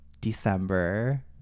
December